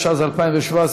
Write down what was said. התשע"ז 2017,